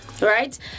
right